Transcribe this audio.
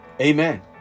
Amen